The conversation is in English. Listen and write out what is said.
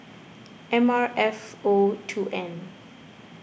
M R F O two N